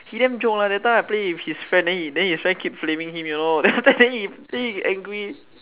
he damn joke one that time I play with his friend then his friend keep flaming him you know then he angry